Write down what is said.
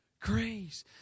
Grace